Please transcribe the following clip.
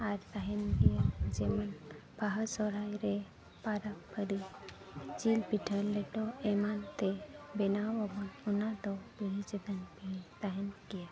ᱟᱨ ᱛᱟᱦᱮᱱ ᱜᱮᱭᱟ ᱡᱮᱢᱚᱱ ᱵᱟᱦᱟ ᱥᱚᱦᱨᱟᱭ ᱨᱮ ᱯᱚᱨᱚᱵᱽ ᱯᱟᱹᱞᱤ ᱡᱤᱞ ᱯᱤᱴᱷᱟᱹ ᱞᱮᱴᱚ ᱮᱢᱟᱱ ᱛᱮ ᱵᱮᱱᱟᱣ ᱟᱵᱚᱱ ᱚᱱᱟᱫᱚ ᱯᱤᱲᱦᱤ ᱪᱮᱛᱟᱱ ᱯᱤᱲᱦᱤ ᱛᱟᱦᱮᱱ ᱜᱮᱭᱟ